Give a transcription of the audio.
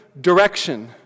direction